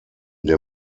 der